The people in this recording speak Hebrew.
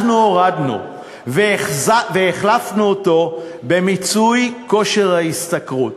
אנחנו הורדנו, והחלפנו אותו במיצוי כושר ההשתכרות.